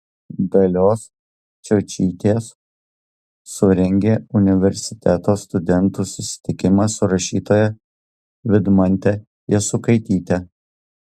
dalios čiočytės surengė universiteto studentų susitikimą su rašytoja vidmante jasukaityte